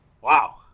wow